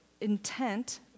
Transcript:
intent